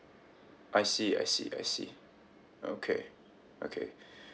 I see I see I see okay okay